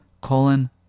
Colon